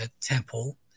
temple